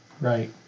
Right